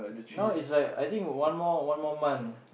now is like I think one more one more month